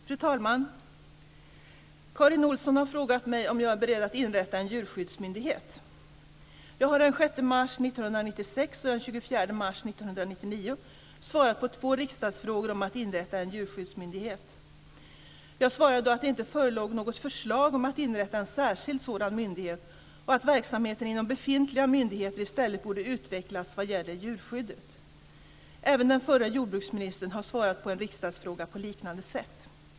Fru talman! Karin Olsson har frågat mig om jag är beredd att inrätta en djurskyddsmyndighet. Jag har den 6 mars 1996 och den 24 mars 1999 svarat på två riksdagsfrågor om att inrätta en djurskyddsmyndighet. Jag svarade då att det inte förelåg något förslag om att inrätta en särskild sådan myndighet och att verksamheten inom befintliga myndigheter i stället borde utvecklas vad gäller djurskyddet. Även den förra jordbruksministern har svarat på en riksdagsfråga på liknande sätt.